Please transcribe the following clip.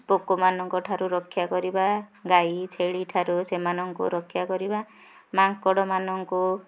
ପୋକ ମାନଙ୍କ ଠାରୁ ରକ୍ଷା କରିବା ଗାଈ ଛେଳି ଠାରୁ ସେମାନଙ୍କୁ ରକ୍ଷା କରିବା ମାଙ୍କଡ଼ ମାନଙ୍କୁ